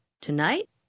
Tonight